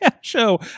show